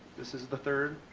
this is the third.